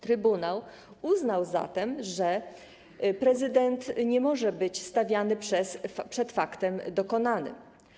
Trybunał uznał zatem, że prezydent nie może być stawiany przed faktem dokonanym.